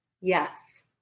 Yes